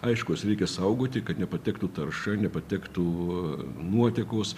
aišku juos reikia saugoti kad nepatektų tarša ir nepatektų nuotekos